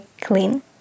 clean